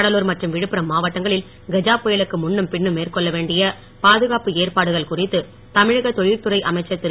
கடலூர் மற்றும் விழுப்புரம் மாவட்டங்களில் கஜா புயலுக்கு முன்னும் பின்னும் மேற்கொள்ள வேண்டிய பாதுகாப்பு ஏற்பாடுகள் குறித்து தமிழக தொழிற்துறை அமைச்சர் திரு